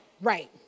right